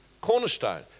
cornerstone